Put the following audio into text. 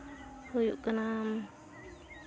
ᱦᱩᱭᱩᱜ ᱠᱟᱱᱟ